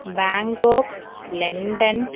Bangkok London